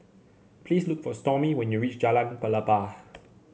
please look for Stormy when you reach Jalan Pelepah